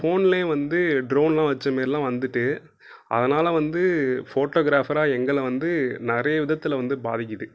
ஃபோன்லியே வந்து ட்ரோன்லாம் வச்ச மாரிலான் வந்துட்டு அதனால வந்து ஃபோட்டோகிராஃபராக எங்களை வந்து நிறைய விதத்தில் வந்து பாதிக்கிறது